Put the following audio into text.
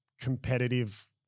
competitive